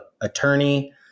attorney